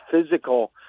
physical